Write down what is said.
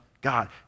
God